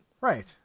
Right